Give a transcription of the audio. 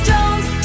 Jones